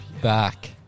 back